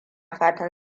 fatan